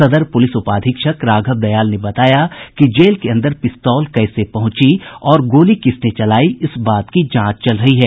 सदर पुलिस उपाधीक्षक राघव दयाल ने बताया कि जेल के अंदर पिस्तौल कैसे पहुंची और गोली किसने चलायी है इस बात की जांच चल रही है